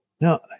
Now